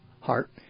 heart